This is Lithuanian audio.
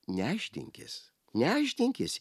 nešdinkis nešdinkis